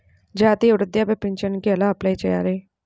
జాతీయ వృద్ధాప్య పింఛనుకి ఎలా అప్లై చేయాలి?